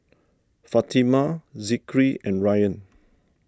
Fatimah Zikri and Ryan